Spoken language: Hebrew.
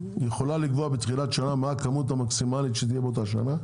יכולה לקבוע בתחילת שנה מה הכמות המקסימלית שתהיה באותה שנה?